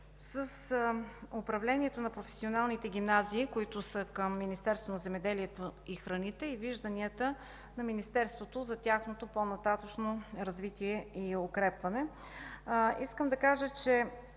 с управлението на професионалните гимназии към Министерството на земеделието и храните и вижданията на Министерството за тяхното по-нататъшно развитие и укрепване. По моя